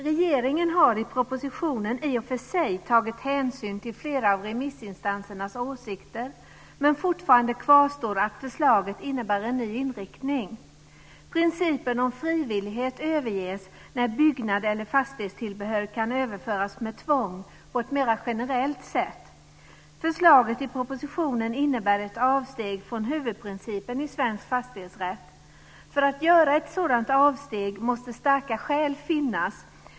Regeringen har i propositionen i och för sig tagit hänsyn till flera av remissinstansernas åsikter, men fortfarande kvarstår att förslaget innebär en ny inriktning. Principen om frivillighet överges när byggnad eller fastighetstillbehör kan överföras med tvång på ett mera generellt sätt. Förslaget i propositionen innebär ett avsteg från huvudprincipen i svensk fastighetsrätt. För att göra ett sådant avsteg måste starka skäl finnas.